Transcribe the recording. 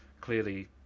clearly